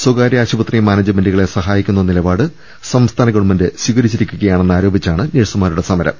സ്കാര്യ ആശുപത്രി മാനേജ്മെന്റു കളെ സഹായിക്കുന്ന നിലപാട് സംസ്ഥാന ഗവൺമെന്റ് സ്വീകരിച്ചിരിക്കുക യാണെന്ന് ആരോപിച്ചാണ് നഴ്സൂമാരുടെ സമരം